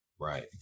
right